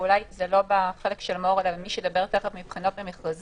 ואולי זה לא בחלק של מור אלא של מי שידבר תכף מבחינות ומכרזים.